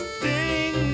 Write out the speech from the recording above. sing